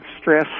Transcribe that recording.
stress